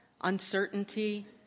uncertainty